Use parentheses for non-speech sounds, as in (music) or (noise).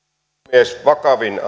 puhemies vakavin (unintelligible)